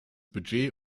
budget